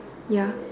ya